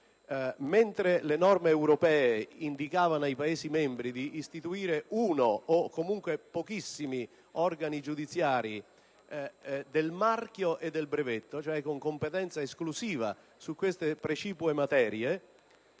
Mentre le norme europee indicavano ai Paesi membri di istituire uno o pochissimi organi giudiziari del marchio e del brevetto con competenza esclusiva su queste precipue materie,